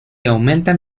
aumentan